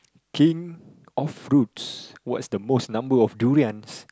king of fruits what's the most number of durians